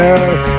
Yes